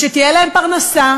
שתהיה להם פרנסה,